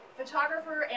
photographer